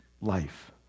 life